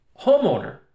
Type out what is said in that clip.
homeowner